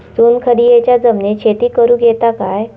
चुनखडीयेच्या जमिनीत शेती करुक येता काय?